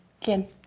¿quién